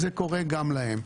קורה גם להם.